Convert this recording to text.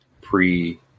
pre